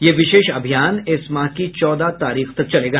यह विशेष अभियान इस माह की चौदह तारीख तक चलेगा